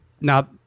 now